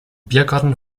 biergarten